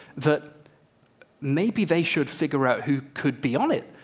that maybe they should figure out who could be on it,